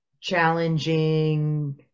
challenging